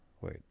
wait